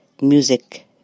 music